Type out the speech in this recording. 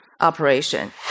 Operation